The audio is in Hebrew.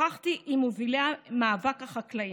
שוחחתי עם מובילי מאבק החקלאים.